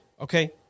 Okay